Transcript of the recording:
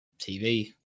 TV